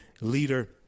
leader